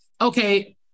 okay